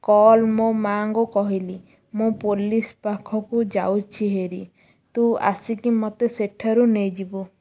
call ମୋ ମାଆଙ୍କୁ କହିଲି ମୁଁ ପୋଲିସ୍ ପାଖକୁ ଯାଉଛି ହେରି ତୁ ଆସିକି ମୋତେ ସେଠାରୁ ନେଇଯିବୁ